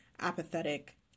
apathetic